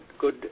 good